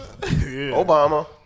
Obama